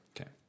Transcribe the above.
Okay